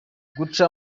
guca